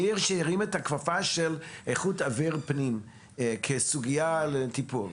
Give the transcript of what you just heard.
עיר שהרימה את הכפפה של איכות אוויר פנים כסוגייה לטיפול.